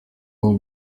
aho